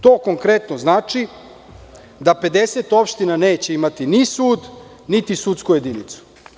To konkretno znači da 50 opština neće imati ni sud, niti sudsku jedinicu.